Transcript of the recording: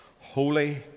Holy